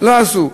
לא עשו.